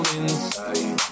inside